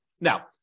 Now